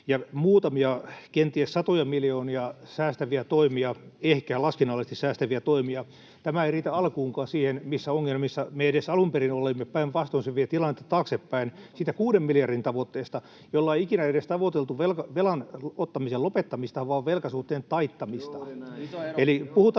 ja muutamia kenties satoja miljoonia säästäviä toimia, ehkä laskennallisesti säästäviä toimia. Tämä ei riitä alkuunkaan siihen, missä ongelmissa me edes alun perin olimme. Päinvastoin se vie tilannetta taaksepäin siitä kuuden miljardin tavoitteesta, jolla ei ikinä edes tavoiteltu velan ottamisen lopettamista vaan velkasuhteen taittamista.